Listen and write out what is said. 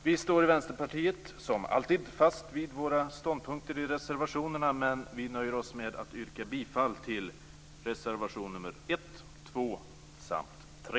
Vi står i Vänsterpartiet som alltid fast vid våra ståndpunkter i reservationerna, men vi nöjer oss med att yrka bifall till reservationerna 1, 2 och 3.